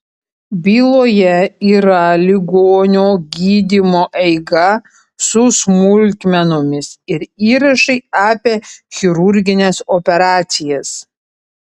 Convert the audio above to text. byloje yra ligonio gydymo eiga su smulkmenomis ir įrašai apie chirurgines operacijas